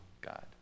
God